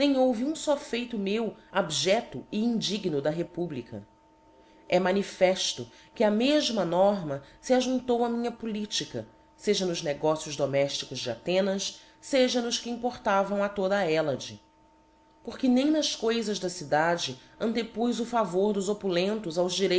houve um fó feito meu abjedo e indigno da republica é manifefto que á mefma norma fe ajuftou a minha politica feja nos negócios domefticos de athenas feja nos que importavam a toda a hellade porque nem nas coifas da cidade antepuz o favor dos opulentos aos